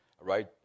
right